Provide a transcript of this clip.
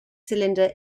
cylinder